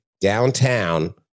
downtown